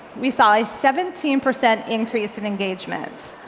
we saw a seventeen percent increase in engagement.